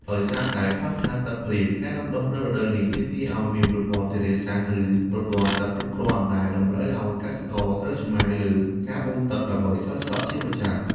ដោយសារតែខ្វះខាតទឹកភ្លៀង ការដាំនៅរដូវនេះទាមទារឱ្យមានប្រព័ន្ធធារាសាស្ត្រ ឬ ប្រភពទឹកគ្រប់គ្រាន់ ដែលតម្រូវឱ្យកសិករត្រូវចំណាយលើការបូមទឹកដើម្បីស្រោចស្រពជាប្រចាំ។